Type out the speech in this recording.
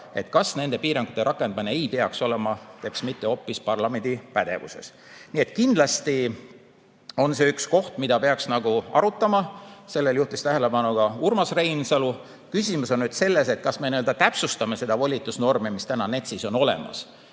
kas nende piirangute rakendamine ei peaks olema mitte hoopis parlamendi pädevuses. Nii et kindlasti on see üks koht, mida peaks arutama. Sellele juhtis tähelepanu ka Urmas Reinsalu. Küsimus on nüüd selles, et kas me täpsustame seda volitusnormi, mis täna NETS-is on, jättes